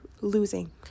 losing